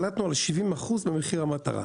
שלטנו על 70% ממחיר המטרה.